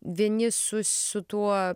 vieni su su tuo